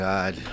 God